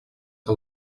que